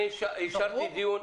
ברור.